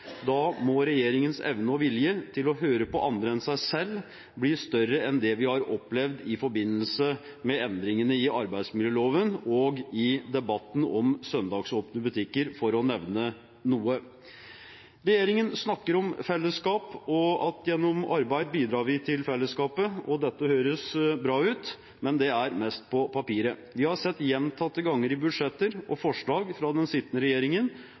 da må regjeringens evne og vilje til å høre på andre enn seg selv bli større enn det vi har opplevd i forbindelse med endringene i arbeidsmiljøloven og i debatten om søndagsåpne butikker, for å nevne noe. Regjeringen snakker om fellesskap og om at vi gjennom arbeid bidrar til fellesskapet. Dette høres bra ut, men det er mest på papiret. Vi har sett gjentatte ganger i budsjetter og i forslag fra den sittende regjeringen